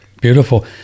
Beautiful